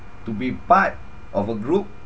to be part of a group